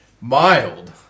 mild